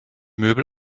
möbel